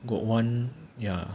got one ya